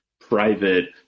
private